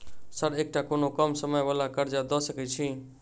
Sir एकटा कोनो कम समय वला कर्जा दऽ सकै छी?